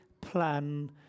plan